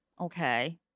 okay